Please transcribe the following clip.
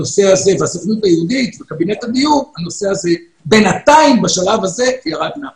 הסוכנות היהודית וקבינט הדיור הנושא הזה בשלב זה ירד מהפרק.